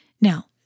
Now